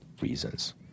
reasons